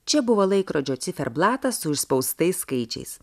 čia buvo laikrodžio ciferblatas su išspaustais skaičiais